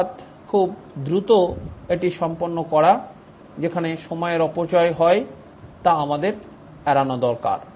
অর্থাৎ খুব দ্রুত এটি সম্পন্ন করা যেখানে সময়ের অপচয় হয় তা আমাদের এড়ানো দরকার